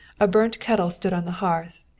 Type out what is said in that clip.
a burnt kettle stood on the hearth,